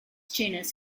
genus